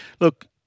Look